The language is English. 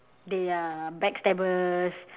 they are backstabbers